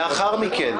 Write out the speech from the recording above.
לאחר מכן,